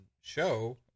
show